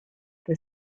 the